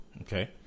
Okay